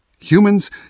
Humans